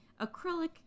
Acrylic